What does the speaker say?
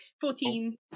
Fourteen